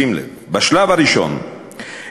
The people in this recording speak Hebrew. שים לב: בשלב הראשון,